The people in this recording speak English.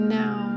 now